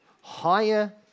Higher